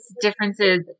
differences